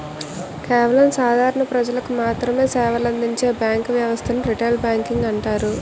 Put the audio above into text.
కేవలం సాధారణ ప్రజలకు మాత్రమె సేవలందించే బ్యాంకు వ్యవస్థను రిటైల్ బ్యాంకింగ్ అంటారు